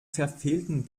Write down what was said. verfehlten